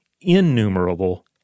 innumerable